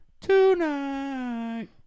Tonight